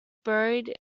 buried